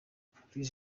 please